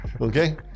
okay